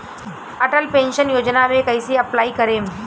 Atal pension योजना मे कैसे अप्लाई करेम?